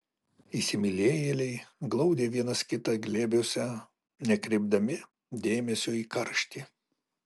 įsimylėjėliai glaudė vienas kitą glėbiuose nekreipdami dėmesio į karštį